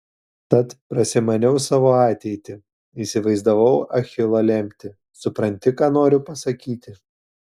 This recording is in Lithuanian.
tad prasimaniau savo ateitį įsivaizdavau achilo lemtį supranti ką noriu pasakyti